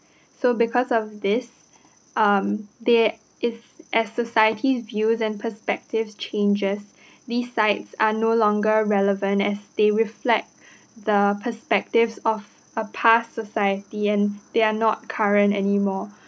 so because of this um they is as society's views and perspectives changes these sites are no longer relevant as they reflect the perspectives of a past society and they are not current anymore